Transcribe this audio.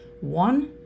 One